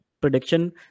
Prediction